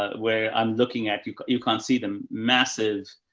ah where i'm looking at you. you can't see them. massive,